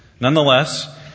Nonetheless